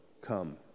come